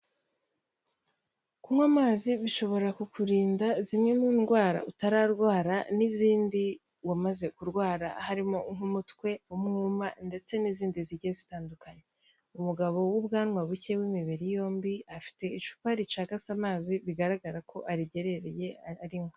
Kunywa amazi bishobora kukurinda zimwe mu ndwara utararwara n'izindi wamaze kurwara, harimo nk'umutwe, w'umwuma ndetse n'izindi zigiye zitandukanye. Umugabo w'ubwanwa buke w'imibiri yombi afite icupa ricagase amazi, bigaragara ko arigerereye arinywa.